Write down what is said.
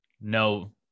No